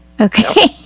okay